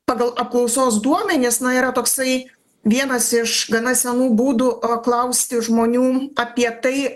pagal apklausos duomenis na yra toksai vienas iš gana senų būdų klausti žmonių apie tai